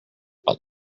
but